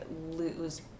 lose